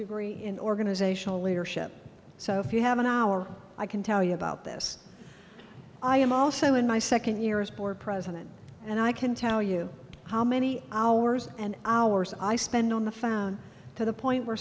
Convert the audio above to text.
degree in organizational leadership so if you have an hour i can tell you about this i am also in my second year as board president and i can tell you how many hours and hours i spend on the found to the point where